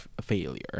failure